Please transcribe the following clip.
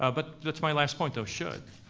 ah but that's my last point, though, should.